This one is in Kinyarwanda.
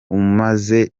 umaze